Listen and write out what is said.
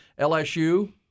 LSU